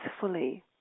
fully